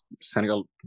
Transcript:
Senegal